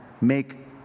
make